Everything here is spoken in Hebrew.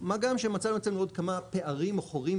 מה גם שמצאנו אצלנו עוד כמה פערים או חורים